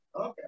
Okay